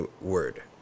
word